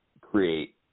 create